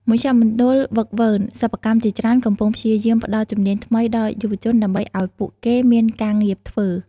មជ្ឈមណ្ឌលហ្វឹកហ្វឺន សិប្បកម្មជាច្រើនកំពុងព្យាយាមផ្តល់ជំនាញថ្មីដល់យុវជនដើម្បីឱ្យពួកគេមានការងារធ្វើ។